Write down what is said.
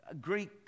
Greek